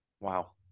Wow